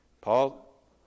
Paul